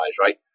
right